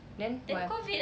then what